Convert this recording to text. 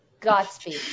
Godspeed